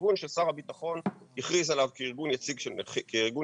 ארגון ששר הביטחון הכריז עליו כארגון יציג של נכים,